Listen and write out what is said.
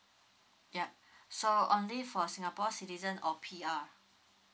yeah so only for singapore citizen or P_R